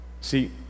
See